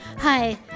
Hi